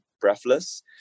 breathless